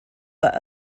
but